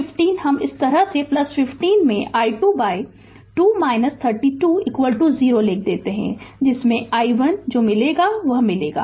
तो 50 हम इस तरह 50 में i2 by 2 36 0 लिख देते है जिससे i1 जो मिलेगा वह मिलेगा